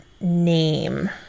name